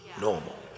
normal